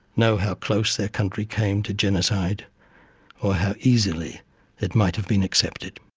know how close their country came to genocide or how easily it might have been accepted.